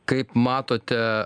kaip matote